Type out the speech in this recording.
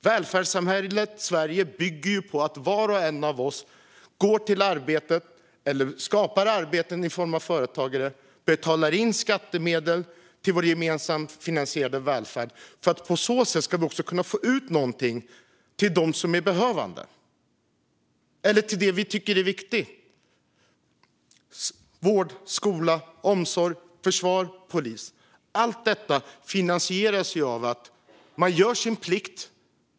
Välfärdssamhället Sverige bygger på att var och en av oss går till arbetet eller skapar arbete som företagare samt betalar in skattemedel till vår gemensamt finansierade välfärd. På så sätt kan vi också få ut någonting till dem som är behövande och till det vi tycker är viktigt. Vård, skola, omsorg, försvar, polis - allt detta finansieras ju av att man gör sin plikt.